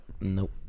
Nope